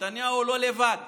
נתניהו לא לבד.